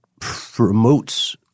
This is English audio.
promotes